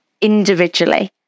individually